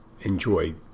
enjoy